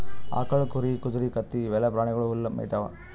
ಆಕಳ್, ಕುರಿ, ಕುದರಿ, ಕತ್ತಿ ಇವೆಲ್ಲಾ ಪ್ರಾಣಿಗೊಳ್ ಹುಲ್ಲ್ ಮೇಯ್ತಾವ್